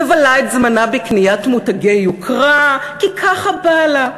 מבלה את זמנה בקניית מותגי יוקרה, כי ככה בא לה.